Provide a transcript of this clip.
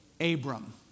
Abram